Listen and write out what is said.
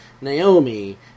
Naomi